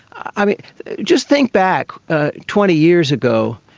um just think back twenty years ago,